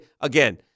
again